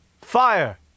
Fire